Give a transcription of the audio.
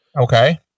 Okay